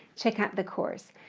check out the course.